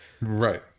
Right